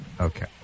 Okay